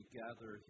gather